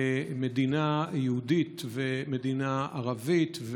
למדינה יהודית ולמדינה ערבית.